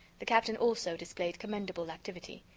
the captain, also, displayed commendable activity.